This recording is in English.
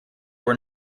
were